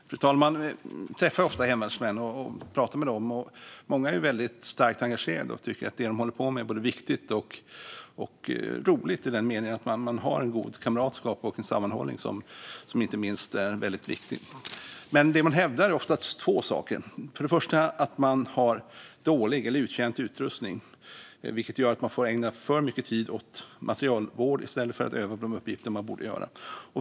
Fru talman! Jag träffar ofta hemvärnsmän och pratar med dem. Många är väldigt starkt engagerade och tycker att det de håller på med är både viktigt och roligt. Man har en god kamratskap och inte minst en sammanhållning som är väldigt viktig. Men det är två saker som man ofta hävdar. För det första har man dålig eller uttjänt utrustning, vilket gör att man får ägna för mycket tid åt materielvård i stället för att öva på de uppgifter man borde öva på.